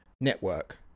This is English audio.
Network